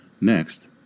Next